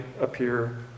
appear